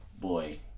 Boy